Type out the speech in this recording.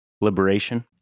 liberation